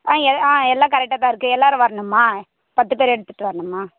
ஆ எல் ஆ எல்லாம் கரெக்டாகதான் இருக்குது எல்லாேரும் வரணுமா பத்து பேர் எடுத்துகிட்டு வரணுமா